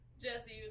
Jesse